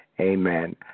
Amen